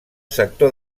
sector